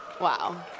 Wow